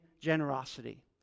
generosity